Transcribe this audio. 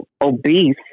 obese